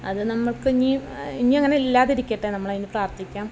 അത് നമ്മൾക്കിനിയും ഇനി അങ്ങനെ ഇല്ലാതിരിക്കട്ടെ നമ്മളതിന് പ്രാർത്ഥിക്കാം